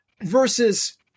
Versus